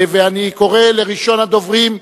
אני קורא לראשון הדוברים,